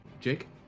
Jake